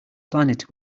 planet